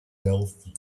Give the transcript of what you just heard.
healthy